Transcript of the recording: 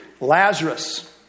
Lazarus